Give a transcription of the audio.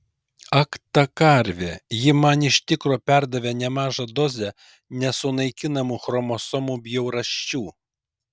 ak ta karvė ji man iš tikro perdavė nemažą dozę nesunaikinamų chromosomų bjaurasčių